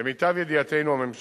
2 3. למיטב ידיעתנו הממשלה,